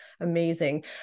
amazing